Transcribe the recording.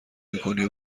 میکنی